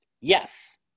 Yes